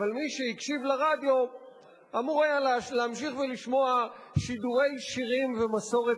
אבל מי שהקשיב לרדיו היה אמור להמשיך לשמוע שידורי שירים ומסורת רגילים.